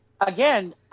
Again